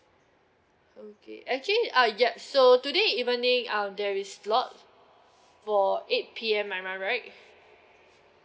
okay actually ah yup so today evening uh there is slot for eight P_M am I right